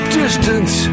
distance